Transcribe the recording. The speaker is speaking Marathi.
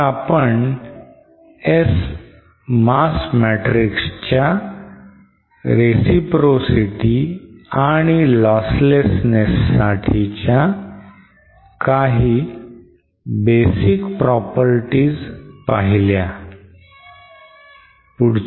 तर आपण S mass matrix च्या reciprocity and losslessness साठीच्या काही basic properties पाहिल्यात